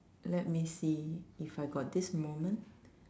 let me see if I got this moment